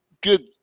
good